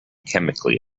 chemically